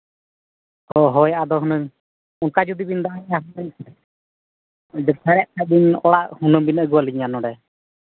ᱦᱳᱭ ᱦᱳᱭ ᱟᱫᱚ ᱦᱩᱱᱟᱹᱝ ᱚᱱᱠᱟ ᱡᱩᱫᱤ ᱵᱤᱱ ᱫᱟᱲᱮᱭᱟᱜ ᱦᱩᱱᱟᱹᱝ ᱵᱮᱥ ᱫᱟᱲᱮᱜ ᱠᱷᱟᱱ ᱵᱤᱱ ᱚᱲᱟᱜ ᱦᱩᱱᱟᱹᱜ ᱵᱤᱱ ᱟᱹᱜᱩ ᱟᱹᱞᱤᱧᱟ ᱱᱚᱰᱮ